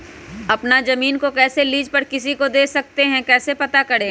अपना जमीन को कैसे लीज पर किसी को दे सकते है कैसे पता करें?